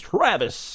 Travis